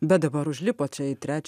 bet dabar užlipot į trečią